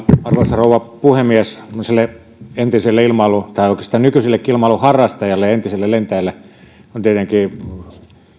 arvoisa rouva puhemies tämmöiselle entiselle tai oikeastaan nykyisellekin ilmailun harrastajalle ja entiselle lentäjälle on tietenkin